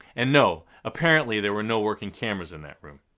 and no, apparently there were no working cameras in that room.